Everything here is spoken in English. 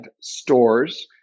stores